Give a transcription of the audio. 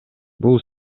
бул